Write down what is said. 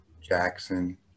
Jackson